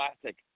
Classic